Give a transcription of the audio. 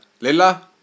Lila